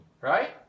Right